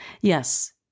Yes